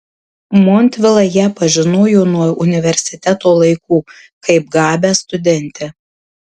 montvila ją pažinojo nuo universiteto laikų kaip gabią studentę